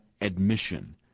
admission